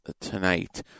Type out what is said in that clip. tonight